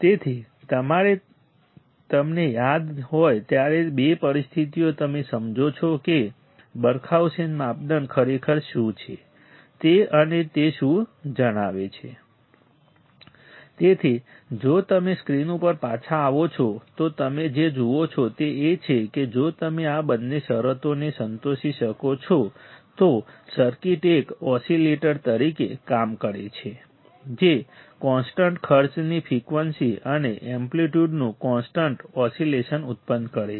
તેથી જ્યારે તમને યાદ હોય ત્યારે બે પરિસ્થિતિઓ તમે સમજો છો કે બરખાઉસેન માપદંડ ખરેખર શું છે તે અને તે શું જણાવે છે તેથી જો તમે સ્ક્રીન ઉપર પાછા આવો છો તો તમે જે જુઓ છો તે એ છે કે જો તમે આ બંને શરતોને સંતોષી શકો છો તો સર્કિટ એક ઓસિલેટર તરીકે કામ કરે છે જે કોન્સ્ટન્ટ ખર્ચની ફ્રિકવન્સી અને એમ્પ્લિટ્યૂડનું કોન્સ્ટન્ટ ઓસિલેશન ઉત્પન્ન કરે છે